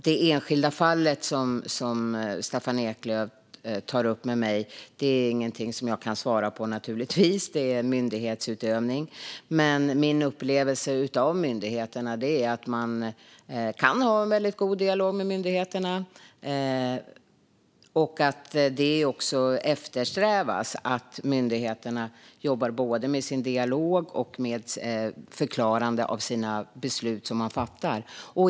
Det enskilda fall som Staffan Eklöf tog upp kan jag inte kommentera eftersom det är myndighetsutövning, men min upplevelse är att människor kan ha en god dialog med myndigheter och att myndigheter bör eftersträva att jobba med dialog och med att förklara de beslut de fattar.